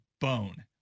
bone